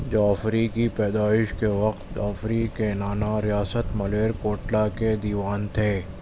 جعفری کی پیدائش کے وقت جعفری کے نانا ریاست ملیر کوٹلا کے دیوان تھے